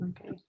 Okay